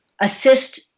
assist